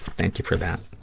thank you for that.